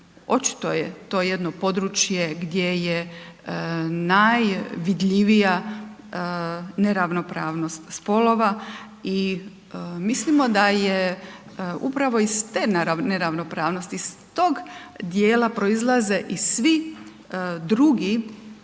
očito je to jedno područje gdje je najvidljivija neravnopravnost spolova, i mislimo da je upravo iz te neravnopravnosti, iz tog dijela proizlaze i svi drugi,